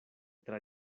tra